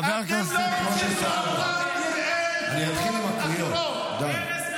חבר הכנסת אושר שקלים, די.